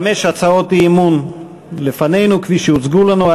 חמש הצעות אי-אמון לפנינו, כפי שהוצגו לנו.